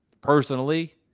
personally